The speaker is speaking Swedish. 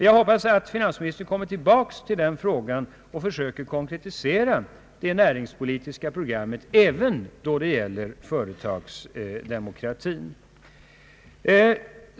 Jag hoppas att finansministern återkommer till denna fråga och försöker konkretisera det näringspolitiska programmet även när det gäller företagsdemokratin.